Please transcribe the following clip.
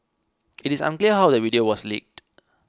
it is unclear how the video was leaked